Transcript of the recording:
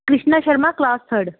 Krishna Sharma class third